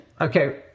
okay